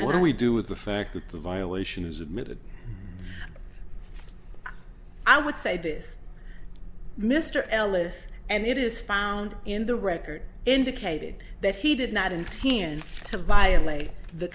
shall we do with the fact that the violation is admitted i would say this mr ellis and it is found in the record indicated that he did not intend to violate the